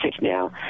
now